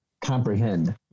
comprehend